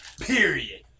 Period